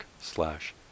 slash